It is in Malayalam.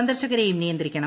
സന്ദർശകരേയും നിയന്ത്രിക്കണം